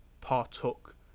partook